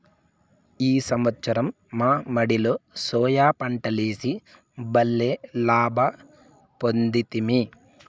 ఈ సంవత్సరం మా మడిలో సోయా పంటలేసి బల్లే లాభ పొందితిమి